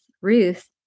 Ruth